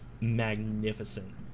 magnificent